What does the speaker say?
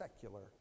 secular